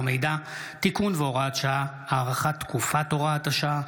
מידע (תיקון והוראת שעה) (הארכת תקופת הוראת השעה),